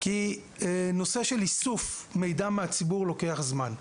כי הנושא של איסוף מידע מהציבור לוקח זמן.